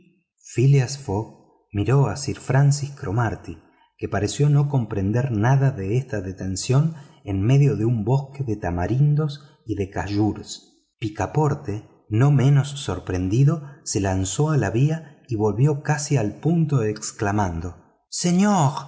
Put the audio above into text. fogg miró a sir francis cromarty que pareció no comprender nada de esta detención en medio de un bosque de tamarindos y de khajoures picaporte no menos sorprendido se lanzó a la vía y volvió casi al punto exclamando señor